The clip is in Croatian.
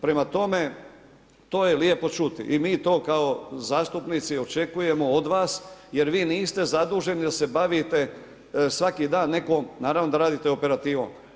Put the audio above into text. Prema tome, to je lijepo čuti i mi to kao zastupnici očekujemo od vas jer vi niste zaduženi da se bavite svaki dan nekom, naravno da radite operativom.